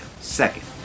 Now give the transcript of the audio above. Second